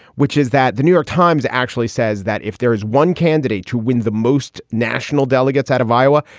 which is that the new york times actually says that if there is one candidate to win the most national delegates out of iowa,